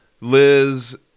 Liz